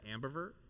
ambivert